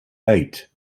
eight